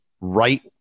right